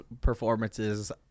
performances